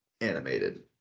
animated